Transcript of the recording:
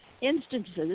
instances